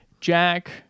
Jack